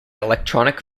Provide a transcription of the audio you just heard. electronic